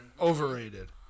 Overrated